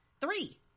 Three